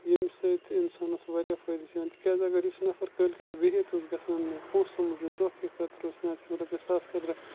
ییٚمہِ سۭتۍ اِنسَانَس واریاہ فٲیدٕ چھِ یِوان تِکیازِ اگر یُس نَفر کٲلۍ کیتھ بِہِتھ اوس گژھان پوسہٕ موٗجب دۄہ کہِ خٲطرٕ اوس پیٚوان رۄپیہِ ساس خٲطرٕ